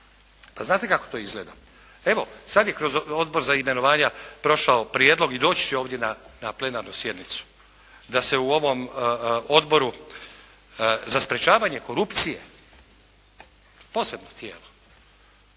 Pa znate kako to izgleda? Evo sad je kroz Odbor za imenovanja prošao prijedlog i doći će ovdje na plenarnu sjednicu da se u ovom Odboru za sprečavanje korupcije posebnih tijela,